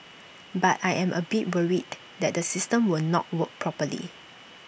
but I am A bit worried that the system will not work properly